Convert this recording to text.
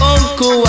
Uncle